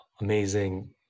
amazing